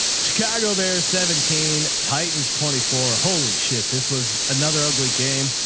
chicago bears seventeen titans, twenty four. holy shit. this was another ugly game.